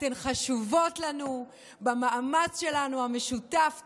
אתן חשובות לנו במאמץ המשותף שלנו.